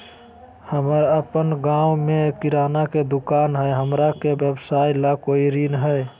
हमर अपन गांव में किराना के दुकान हई, हमरा के व्यवसाय ला कोई ऋण हई?